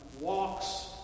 walks